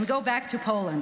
and "Go back to Poland".